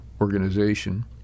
organization